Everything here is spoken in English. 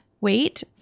wait